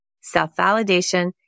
self-validation